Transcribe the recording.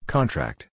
Contract